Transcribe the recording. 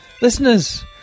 Listeners